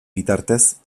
bitartez